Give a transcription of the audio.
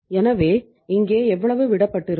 எனவே இங்கே எவ்வளவு விடப்பட்டிருக்கும்